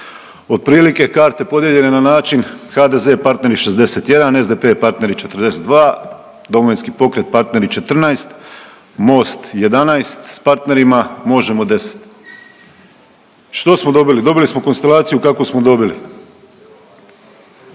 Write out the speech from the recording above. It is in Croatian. Otprilike karte podijeljene na način HDZ i partneri 61, SDP i partneri 42, Domovinski pokret partneri 14, MOST 11 s partnerima, Možemo! 10. Što smo dobili? Dobili smo konstalaciju kakvu smo dobili.